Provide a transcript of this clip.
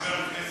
חבר הכנסת שטרן?